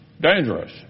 dangerous